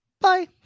Bye